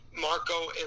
Marco